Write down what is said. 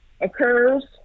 occurs